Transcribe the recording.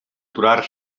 aturar